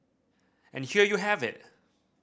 and here you have it